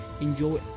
enjoy